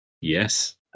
Yes